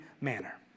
manner